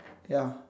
ya